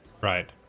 Right